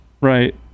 right